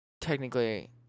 technically